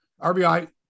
RBI